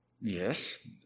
Yes